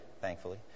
thankfully